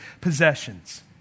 possessions